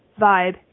Vibe